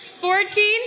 fourteen